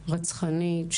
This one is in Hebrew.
רצחנית,